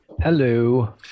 Hello